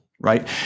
right